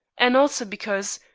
and also because,